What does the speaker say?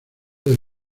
del